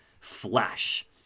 Flash